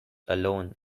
alone